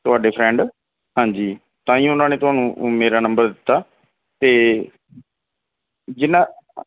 ਤੁਹਾਡੇ ਫਰੈਂਡ ਹਾਂਜੀ ਤਾਂ ਹੀ ਉਹਨਾਂ ਨੇ ਤੁਹਾਨੂੰ ਮੇਰਾ ਨੰਬਰ ਦਿੱਤਾ ਅਤੇ ਜਿਨ੍ਹਾਂ